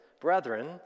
brethren